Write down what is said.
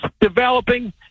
developing